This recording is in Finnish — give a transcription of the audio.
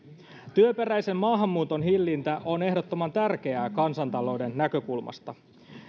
työperäisen maahanmuuton hillintä on ehdottoman tärkeää kansantalouden näkökulmasta